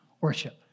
worship